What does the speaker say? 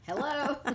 Hello